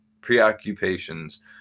preoccupations